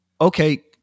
okay